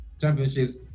Championships